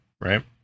Right